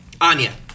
Anya